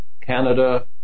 Canada